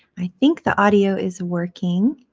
i think the audio is working.